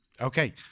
okay